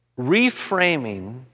reframing